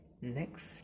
Next